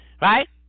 right